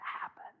happen